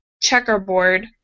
checkerboard